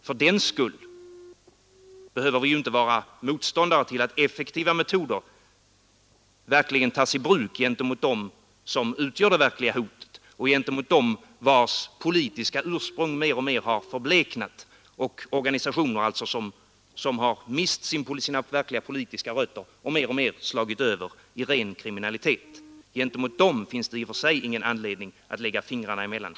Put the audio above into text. Fördenskull behöver vi ju inte vara motståndare till att effektiva metoder verkligen tas i bruk gentemot dem som utgör det verkliga hotet, gentemot dem vilkas politiska ursprung mer och mer har förbleknat — alltså organisationer som har mist sina verkliga politiska rötter och mer och mer slagit över i ren kriminalitet. Gentemot dem finns det i och för sig ingen anledning att lägga fingrarna emellan.